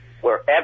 wherever